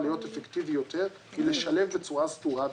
להיות אפקטיבי יותר כדי לשלב בצורה סדורה.